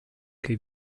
che